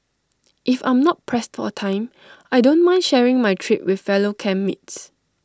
if I'm not pressed for time I don't mind sharing my trip with fellow camp mates